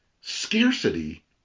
Scarcity